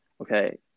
okay